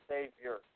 Savior